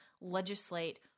legislate